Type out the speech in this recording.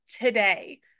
today